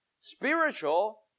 spiritual